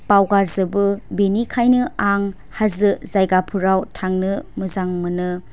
बावगारजोबो बेनिखायनो आं हाजो जायगाफोराव थांनो मोजां मोनो